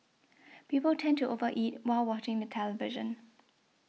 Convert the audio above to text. people tend to over eat while watching the television